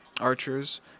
Archers